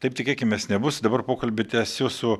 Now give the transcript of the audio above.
taip tikėkimės nebus dabar pokalbį tęsiu su